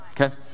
okay